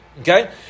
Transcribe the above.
Okay